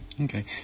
Okay